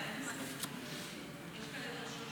אדוני היושב-ראש,